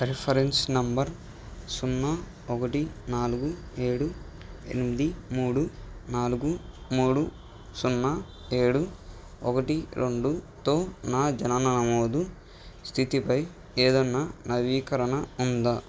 reference number సున్నా ఒకటి నాలుగు ఏడు ఎనిమిది మూడు నాలుగు మూడు సున్నా ఏడు ఒకటి రెండుతో నా జనన నమోదు స్థితిపై ఏదన్న నవీకరణ ఉందా